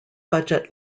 budget